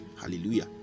Hallelujah